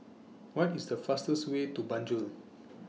What IS The fastest Way to Banjul